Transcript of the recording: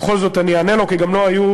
ובכל זאת אני אענה לו, כי גם לו היו,